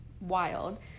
wild